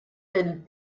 der